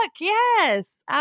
yes